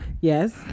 yes